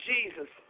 Jesus